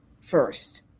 first